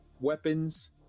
weapons